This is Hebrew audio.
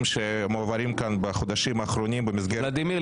שמועברים כאן בחודשים האחרונים במסגרת --- ולדימיר,